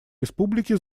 республики